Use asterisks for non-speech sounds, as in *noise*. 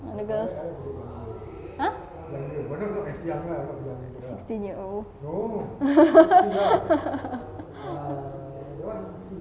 older girls !huh! sixteen year old *laughs*